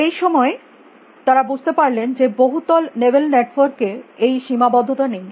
এই সময়েই তারা বুঝতে পারলেন যে বহুতল নেবেল নেটওয়ার্কে এই সীমাবদ্ধতা নেই